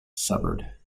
severed